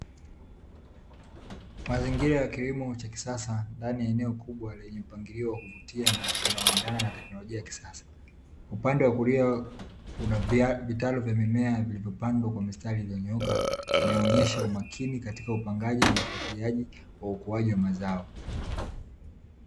Mazingira ya kilimo cha kisasa ndani ya eneo kubwa lenye mpangilio wa kuvutia na unaoendana na teknolojia ya kisasa. Upande wa kulia una vitalu vya mimea viliyopandwa kwa mistari iliyonyooka, inayoonyesha umakini katika upangaji na ufatiliaji wa ukuaji wa mazao.